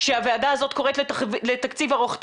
כשהוועדה הזאת קוראת לתקציב ארוך טווח,